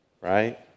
right